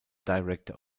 director